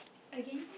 again